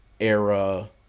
era